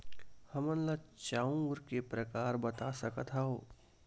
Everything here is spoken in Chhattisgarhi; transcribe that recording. हमन ला चांउर के प्रकार बता सकत हव?